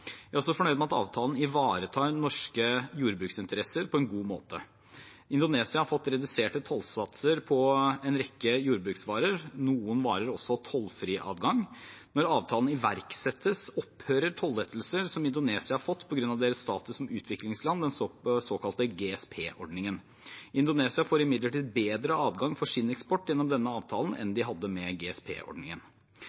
Jeg er også fornøyd med at avtalen ivaretar Norges jordbruksinteresser på en god måte. Indonesia har fått reduserte tollsatser på en rekke jordbruksvarer, noen varer får også tollfri adgang. Når avtalen iverksettes, opphører tollettelser Indonesia har fått på grunn av deres status som utviklingsland, den såkalte GSP-ordningen. Indonesia får imidlertid bedre adgang for sin eksport gjennom denne avtalen enn